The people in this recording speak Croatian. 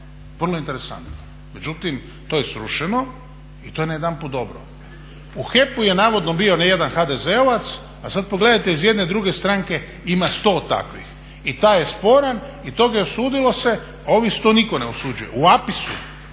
vrlo interesantno. Međutim, to je srušeno i to je najedanput dobru. U HEP-u je navodno bio ne jedan HDZ-ovac, a sad pogledate iz jedne druge stranke ima sto takvih i taj je sporan i toga se osudilo, a ovih sto niko ne osuđuje. U APIS-u